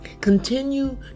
Continue